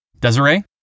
Desiree